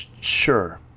Sure